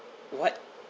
what